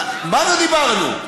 מה זה "דיברנו"?